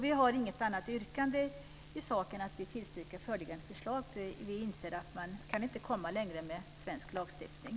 Vi har inget annat yrkande i sak än att vi tillstyrker föreliggande förslag, för vi inser att man inte kan komma längre med svensk lagstiftning.